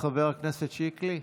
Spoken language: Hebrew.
חבר הכנסת שיקלי.